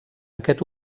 aquest